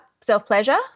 self-pleasure